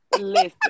Listen